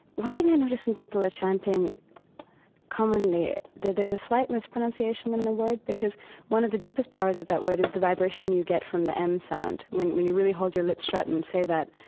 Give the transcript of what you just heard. one thing i notice when people are chanting commonly that there's a slight mispronunciation in the word, because one of the deepest powers of that word is the vibration you get from the m sound. when when you really hold your lips shut and you say that,